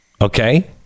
okay